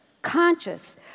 Conscious